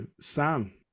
Sam